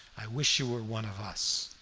i wish you were one of us.